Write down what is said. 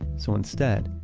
so instead,